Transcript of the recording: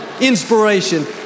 inspiration